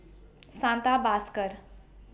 Santha